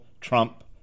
Trump